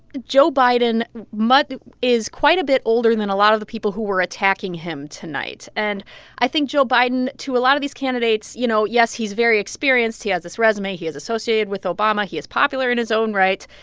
joe biden is quite a bit older than a lot of the people who were attacking him tonight. and i think joe biden to a lot of these candidates, you know, yes, he's very experienced. he has this resume he is associated with obama he is popular in his own right.